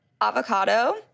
avocado